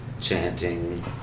chanting